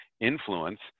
influence